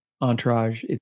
Entourage